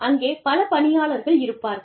அங்கே பல பணியாளர்கள் இருப்பார்கள்